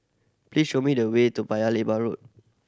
please show me the way to Paya Lebar Road